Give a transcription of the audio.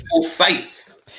sites